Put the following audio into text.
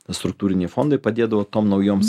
struktūriniai fondai padėdavo tom naujoms